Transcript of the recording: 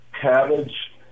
cabbage